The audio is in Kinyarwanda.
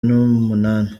n’umunani